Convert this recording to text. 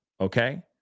Okay